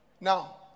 now